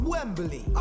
Wembley